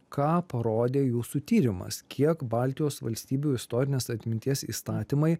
ką parodė jūsų tyrimas kiek baltijos valstybių istorinės atminties įstatymai